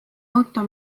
auto